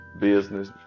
business